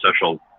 social